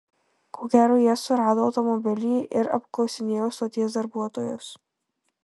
ko gero jie surado automobilį ir apklausinėjo stoties darbuotojus